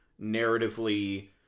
narratively